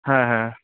হ্যাঁ হ্যাঁ